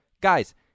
guys